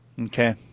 Okay